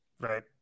Right